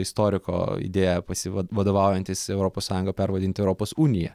istoriko idėja pasi vadovaujantis europos sąjungą pervadint europos unija